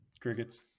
Crickets